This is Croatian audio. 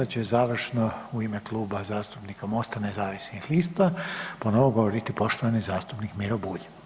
Sada će završno u ime Kluba zastupnika Mosta nezavisnih lista ponovo govoriti poštovani zastupnik Miro Bulj.